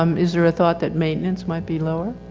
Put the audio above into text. um is there a thought that maintenance might be lower?